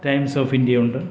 times of ഇന്ത്യയുണ്ട്